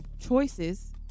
choices